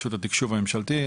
רשות התקשוב הממשלתי,